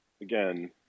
again